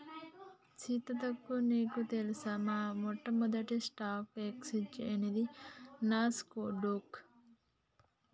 సీతక్క నీకు తెలుసా మన మొట్టమొదటి స్టాక్ ఎక్స్చేంజ్ అనేది నాస్ డొక్